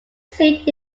seat